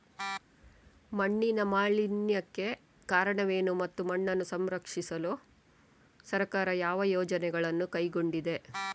ಮಣ್ಣಿನ ಮಾಲಿನ್ಯಕ್ಕೆ ಕಾರಣವೇನು ಮತ್ತು ಮಣ್ಣನ್ನು ಸಂರಕ್ಷಿಸಲು ಸರ್ಕಾರ ಯಾವ ಯೋಜನೆಗಳನ್ನು ಕೈಗೊಂಡಿದೆ?